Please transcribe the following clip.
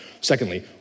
Secondly